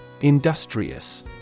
Industrious